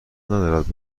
ندارد